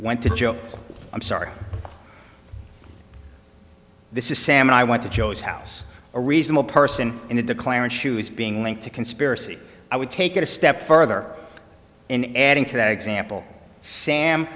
went to joe i'm sorry this is sam i want to chose house a reasonable person in the declarant shoes being linked to conspiracy i would take it a step further in adding to that example sam